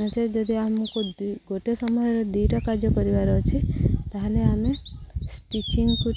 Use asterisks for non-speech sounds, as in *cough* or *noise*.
ନଚେତ୍ ଯଦି ଆମକୁ *unintelligible* ଗୋଟେ ସମୟରେ ଦୁଇଟା କାର୍ଯ୍ୟ କରିବାର ଅଛି ତା'ହେଲେ ଆମେ ଷ୍ଟିଚିଂକୁ